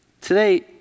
Today